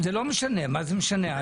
זה לא משנה מה זה משנה?